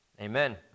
Amen